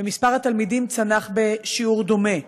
ומספר התלמידים צנח בשיעור דומה.